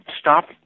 stop